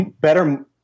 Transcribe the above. better